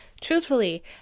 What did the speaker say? Truthfully